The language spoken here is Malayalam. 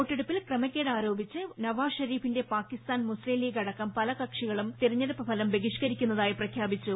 വോട്ടെടൂപ്പിൽ ക്രമക്കേട് ആരോപിച്ച് നവാസ് ഷെരീഫിന്റെ പാകിസ്താൻ മുസ്ലിം ലീഗ് അടക്കം പല കക്ഷികളും തിരഞ്ഞെടുപ്പ് ഫലം ബഹിഷ്കരിക്കുന്നതായി പ്രഖ്യാപിച്ചു